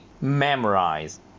memorize